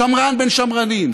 שמרן בן שמרנים,